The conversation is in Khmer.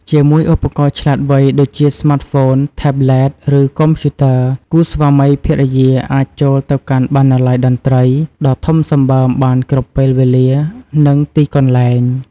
ជាមួយឧបករណ៍ឆ្លាតវៃដូចជាស្មាតហ្វូន ថេបប្លេត ឬកុំព្យូទ័រ គូស្វាមីភរិយាអាចចូលទៅកាន់បណ្ណាល័យតន្ត្រីដ៏ធំសម្បើមបានគ្រប់ពេលវេលា និងទីកន្លែង។